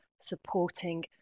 supporting